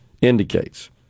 indicates